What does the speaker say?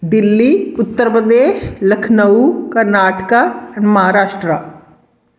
Delhi Uttar Pradesh Lucknow Karnataka Maharashtra